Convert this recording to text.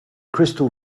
crystal